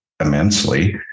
immensely